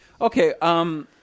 Okay